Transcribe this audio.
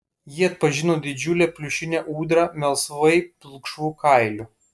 ji atpažino didžiulę pliušinę ūdrą melsvai pilkšvu kailiu